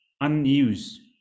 unused